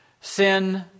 Sin